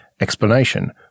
explanation